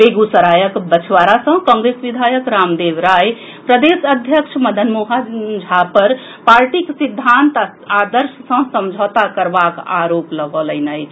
बेगूसरायक बछवाड़ा सँ कांग्रेस विधायक रामदेव राय प्रदेश अध्यक्ष मदन मोहन झा पर पार्टीक सिद्धांत आ आदर्श सँ समझौता करबाक आरोप लगौलनि अछि